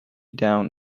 down